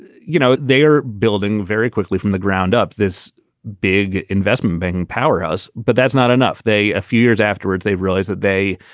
you know, they are building very quickly from the ground up this big investment banking powerhouse. but that's not enough. they a few years afterwards, they realize that they,